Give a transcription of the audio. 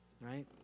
right